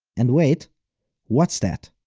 and wait what's that?